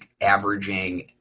averaging –